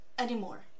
anymore